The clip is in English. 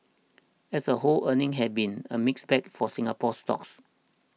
as a whole earnings have been a mixed bag for Singapore stocks